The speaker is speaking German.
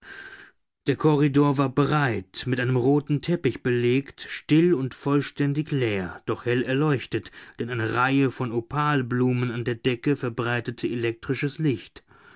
der korridor war breit mit einem roten teppich belegt still und vollständig leer doch hell erleuchtet denn eine reihe von opalblumen an der decke verbreitete elektrisches licht